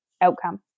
outcome